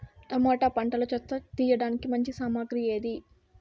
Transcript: Tomato పంటలో చెత్త తీయడానికి మంచి సామగ్రి ఏది?